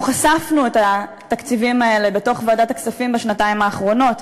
אנחנו חשפנו את התקציבים האלה בתוך ועדת הכספים בשנתיים האחרונות,